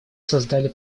создали